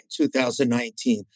2019